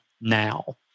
now